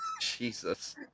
Jesus